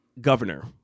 governor